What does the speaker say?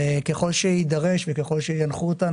וככל שיידרש וככל שינחו אותנו,